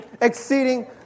Exceeding